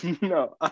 No